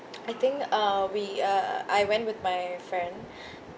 I think uh we uh I went with my friend